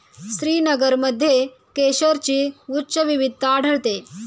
श्रीनगरमध्ये केशरची उच्च विविधता आढळते